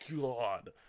God